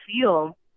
feel